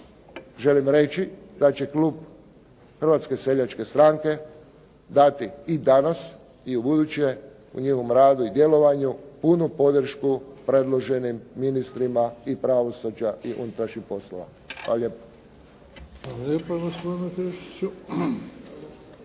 želim reći da će klub Hrvatske seljačke stranke dati i sada i u buduće u njihovom radu i djelovanju punu podršku predloženim ministrima i pravosuđa i unutrašnjih poslova. Hvala lijepo. **Bebić, Luka (HDZ)** Hvala